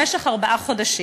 למשך ארבעה חודשים.